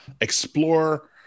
Explore